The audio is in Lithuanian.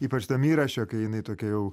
ypač tam įraše kai jinai tokia jau